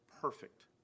Perfect